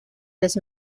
les